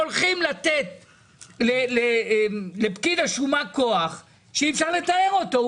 הולכים לתת לפקיד השומה כוח שאי אפשר לתאר אותו,